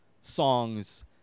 songs